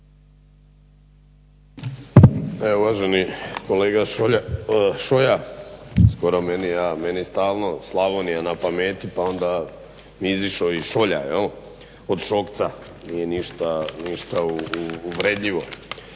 Evo uvaženi kolega Šolja, meni je stalno Slavonija na pameti pa onda mi izišo i Šolja od šokca, nije ništa uvredljivo.